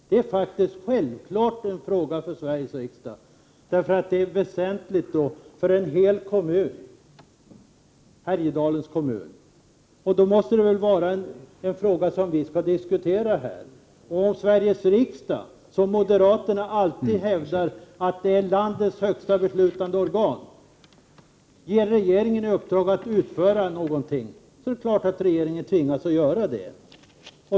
Det är självfallet en fråga för Sveriges riksdag. Det är ju väsentligt för en hel kommun, nämligen för Härjedalens kommun. Då måste det väl vara en fråga som vi skall kunna diskutera här. Om Sveriges riksdag, som moderaterna alltid hävdar är landets högsta beslutande organ, ger regeringen i uppdrag att utföra något, tvingas regeringen naturligtvis att göra det.